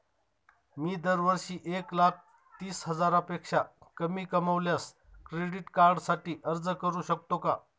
मी दरवर्षी एक लाख तीस हजारापेक्षा कमी कमावल्यास क्रेडिट कार्डसाठी अर्ज करू शकतो का?